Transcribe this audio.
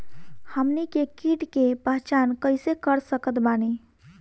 हमनी के कीट के पहचान कइसे कर सकत बानी?